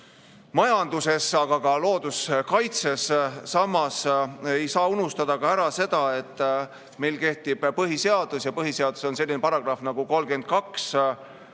majanduses, aga ka looduskaitses. Samas ei saa unustada ka seda, et meil kehtib põhiseadus ja põhiseaduses on selline paragrahv nagu §